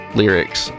lyrics